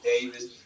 Davis